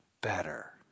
better